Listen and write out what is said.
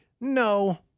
No